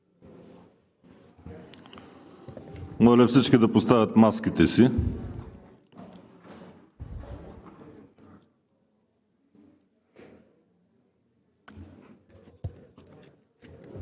Моля всички да поставят маските си.